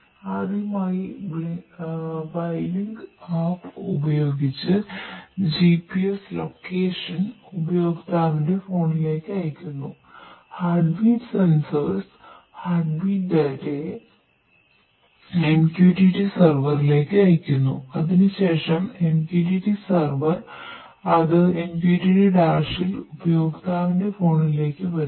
ആദ്യമായി blink app വരുന്നു